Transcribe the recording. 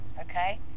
okay